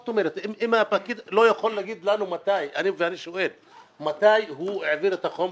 האם הפקיד לא יכול לומר לנו מתי הוא העביר את החומר